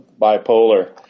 bipolar